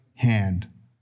hand